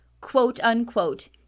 quote-unquote